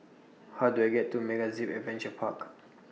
How Do I get to MegaZip Adventure Park